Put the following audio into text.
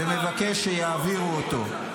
-- ומבקש שיעבירו אותו,